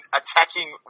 attacking